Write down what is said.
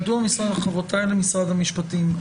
חברותיי למשרד המשפטים,